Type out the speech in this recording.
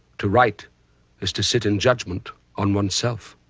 to write is to sit in judgment on oneself.